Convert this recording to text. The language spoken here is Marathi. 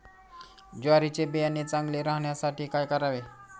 ज्वारीचे बियाणे चांगले राहण्यासाठी काय करावे?